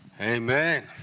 Amen